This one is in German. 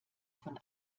von